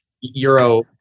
Euro